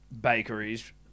bakeries